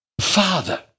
Father